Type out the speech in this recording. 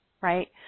right